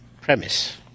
premise